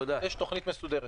יש תוכנית מסודרת.